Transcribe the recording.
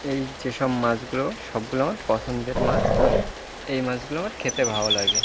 এই যেসব মাছগুলো সবগুলো আমার পছন্দের মাছ এই মাছগুলো আমার খেতে ভালো লাগে